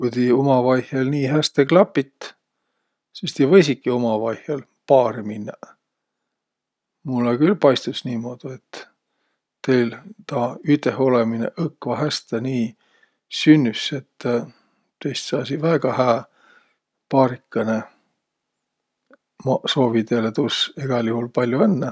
Ku ti umavaihõl nii häste klapit, sis ti võisiki umavaihõl paari minnäq. Mullõ külh paistus niimuudu, et teil taa üteholõminõ õkva häste nii sünnüs, et teist saasiq väega hää paarikõnõ. Maq soovi teile tuus egäl juhul pall'o õnnõ!